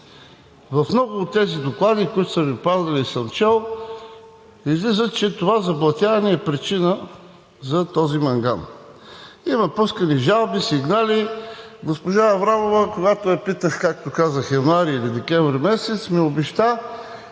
В много от тези доклади, които съм чел, излиза, че това заблатяване е причина за мангана. Има пускани жалби, сигнали. Госпожа Аврамова, когато я питах, както казах януари или декември месец, ми обеща